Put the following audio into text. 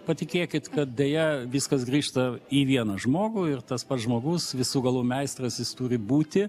patikėkit kad deja viskas grįžta į vieną žmogų ir tas pats žmogus visų galų meistras jis turi būti